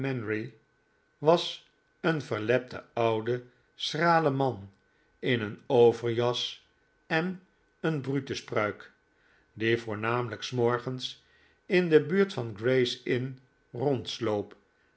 was een verlepte oude schrale man in een overjas en een brutus pruik die voornamelijk s morgens in de buurt van gray's inn rondsloop